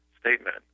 statement